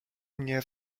mnie